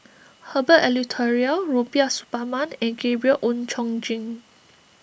Herbert Eleuterio Rubiah Suparman and Gabriel Oon Chong Jin